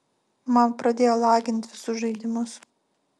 man pradėjo lagint visus žaidimus